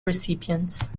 recipients